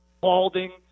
balding